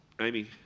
Amy